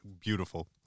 Beautiful